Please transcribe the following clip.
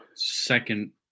second